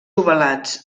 ovalats